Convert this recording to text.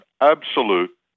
Absolute